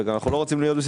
וגם לא במצב